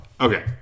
Okay